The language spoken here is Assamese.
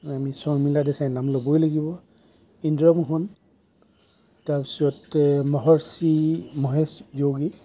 আমি শৰ্মিলা দেশাইৰ নাম ল'বই লাগিব ইন্দ্ৰমোহন তাৰপিছতে মহৰ্ষি মহেশ যোগী